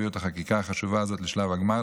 הביאו את החקיקה החשובה הזאת לשלב הגמר,